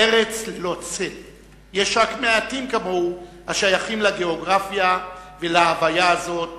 ארץ ללא צל,/ יש רק מעטים כמוהו השייכים לגיאוגרפיה ולהוויה הזאת